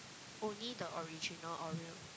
only the original Oreo